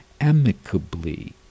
amicably